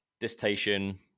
dissertation